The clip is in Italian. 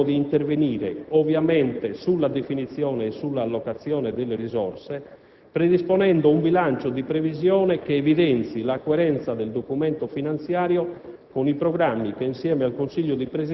In quella sede ci ripromettiamo di intervenire, ovviamente, sulla definizione e sull'allocazione delle risorse, predisponendo un bilancio di previsione che evidenzi la coerenza del documento finanziario